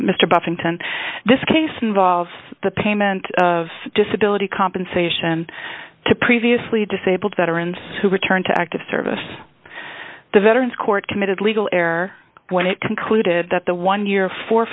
mr buffington this case involves the payment of disability compensation to previously disabled veterans who returned to active service the veterans court committed legal air when it concluded that the one year for